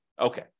Okay